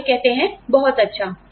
और वे कहते हैं बहुत अच्छा